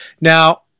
Now